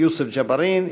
יוסף ג'בארין,